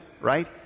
right